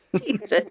Jesus